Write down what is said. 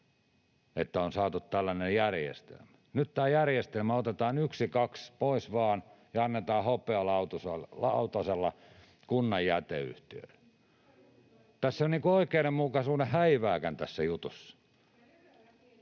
että on saatu tällainen järjestelmä. Nyt tämä järjestelmä otetaan vain ykskaks pois ja annetaan hopealautasella kunnan jäteyhtiöille. [Saara-Sofia Sirén: Se on just noin!] Tässä jutussa